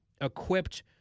equipped